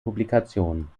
publikationen